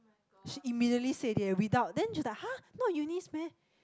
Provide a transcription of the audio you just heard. she immediately said it eh without then just like har not Eunice meh